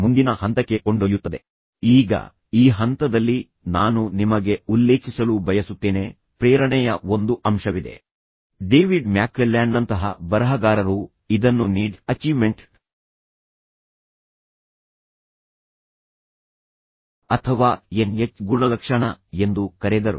ಈಗ ತಾತ್ಕಾಲಿಕ ಪರಿಹಾರ ಆ ಕ್ಷಣದಲ್ಲೂ ನಿಮಗೆ ಅದನ್ನು ಪರಿಹರಿಸಲು ಸಾಧ್ಯವಾಗದಿದ್ದರೆ ಶಿಲ್ಪಾ ಸ್ವಲ್ಪ ಸಮಯದವರೆಗೆ ತನ್ನ ಸ್ನೇಹಿತರು ಅಥವಾ ಪೋಷಕರ ಮನೆಗೆ ಹೋಗುವಂತೆ ಮಾಡಿ